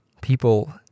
people